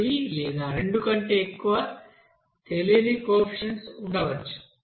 ఒకటి లేదా రెండు కంటే ఎక్కువ తెలియని కోఎఫిషియెంట్స్ ఉండవచ్చు